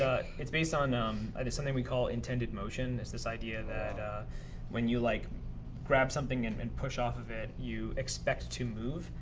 it's based on um i mean something we call intended motion. it's this idea that ah when you like grab something and and push off of it, you expect to move.